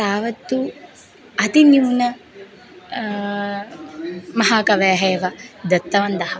तावत्तु अतिन्यून महाकवयः एव दत्तवन्तः